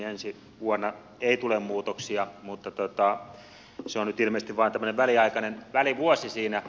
ensi vuonna ei tule muutoksia mutta se on nyt ilmeisesti vain tämmöinen väliaikainen välivuosi siinä